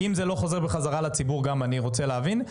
אם זה לא חוזר בחזרה לציבור, אני רוצה גם להבין.